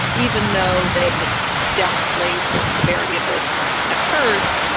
even though they had downplayed the severity of this at first,